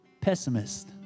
pessimist